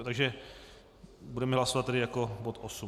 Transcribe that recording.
Takže budeme hlasovat jako bod 8.